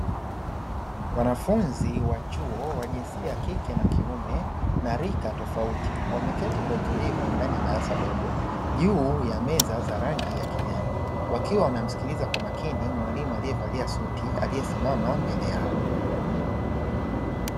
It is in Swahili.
Wanafunzi wa chuo wa jinsia ya kike na kiume na rika tofauti wameketi kwa utulivu ndani ya darasa dogo, juu ya meza za rangi ya kijani wakiwa wanamsikiliza kwa makini mwalimu aliyevalia suti aliyesimama mbele yao.